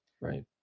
Right